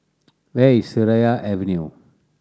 where is Seraya Avenue